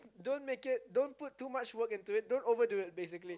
don't make it don't put too much work into it don't overdo it basically